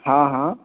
हॅं हॅं